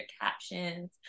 captions